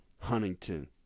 Huntington